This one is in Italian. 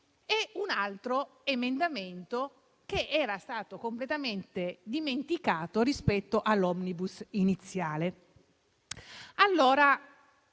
un altro emendamento, che era stato completamente dimenticato rispetto all'*omnibus* iniziale.